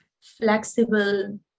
flexible